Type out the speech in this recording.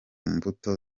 mbuto